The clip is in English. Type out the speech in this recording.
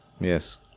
yes